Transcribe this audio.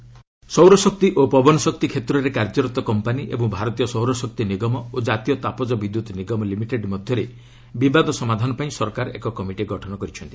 government committee ସୌର ଶକ୍ତି ଓ ପବନ ଶକ୍ତି କ୍ଷେତ୍ରରେ କାର୍ଯ୍ୟରତ କମ୍ପାନୀ ଏବଂ ଭାରତୀୟ ସୌର ଶକ୍ତି ନିଗମ ଓ ଜାତୀୟ ତାପକ ବିଦ୍ୟୁତ୍ ନିଗମ ଲିମିଟେଡ୍ ମଧ୍ୟରେ ବିବାଦ ସମାଧାନ ପାଇଁ ସରକାର ଏକ କମିଟି ଗଠନ କରିଛନ୍ତି